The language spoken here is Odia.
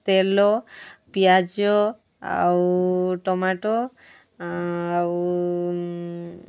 ତେଲ ପିଆଜ ଆଉ ଟମାଟୋ ଆଉ